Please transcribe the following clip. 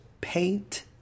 paint